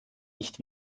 nicht